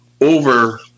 over